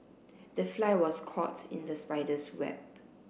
the fly was caught in the spider's web